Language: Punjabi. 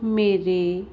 ਮੇਰੇ